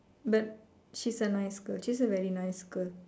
but she's a nice girl she's a very nice girl